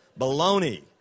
Baloney